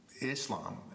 Islam